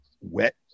wet